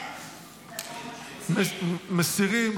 מסירים,